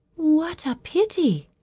what a pity!